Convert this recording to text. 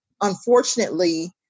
unfortunately